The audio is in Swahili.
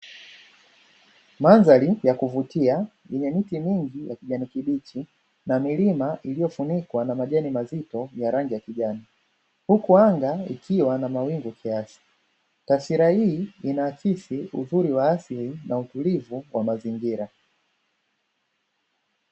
Mandhari ya kuvutia yenye miti mingi ya kijani kibichi, na milima iliyofunikwa na majani mazito ya rangi ya kijani, huku anga ikiwa na mawingu kiasi. Taswira hii inaakisi uzuri wa asili na utulivu wa mazingira.